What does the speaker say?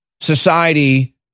society